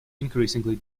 increasingly